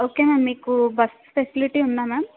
okay ma'am మీకు bus facility ఉందా ma'am